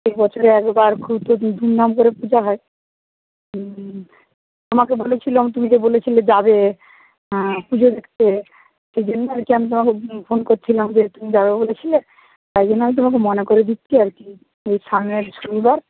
সেই বছরে একবার খুব তো ধুমধাম করে পুজো হয় তোমাকে বলেছিলাম তুমি তো বলেছিলে যাবে পুজো দেখতে সেইজন্য আরকি আমি তোমাকে ফোন করছিলাম যে তুমি যাবে বলেছিলে তাই জন্যে আমি তোমাকে মনে করিয়ে দিচ্ছি আরকি এই সামনের শনিবার